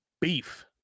Beef